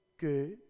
good